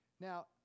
Now